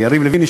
ליריב לוין,